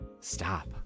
stop